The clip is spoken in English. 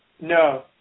No